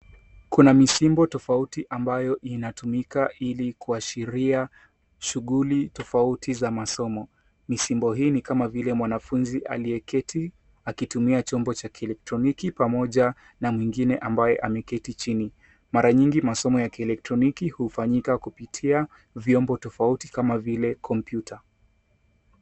Kuna msimbo tofauti ambayo inatumika ili kuashiria shughuli tofauti za masomo. Misimbo hii ni kama vile mwaanfunzi aliyeketi akitumia chombo cha kielektroniki pamoja na mweingine ambaye ameketi chini, Mara nyingi masomo ya kielektroniki hufanyika kupitia vyombo tofauti kama vile kompyuta.